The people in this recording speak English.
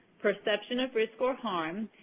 perception of risk or harm,